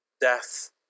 death